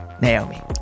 Naomi